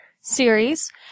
series